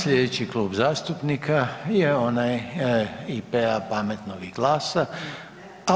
Slijedeći Klub zastupnika je onaj IP-a, Pametnog i GLAS-a.